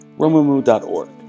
Romumu.org